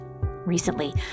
Recently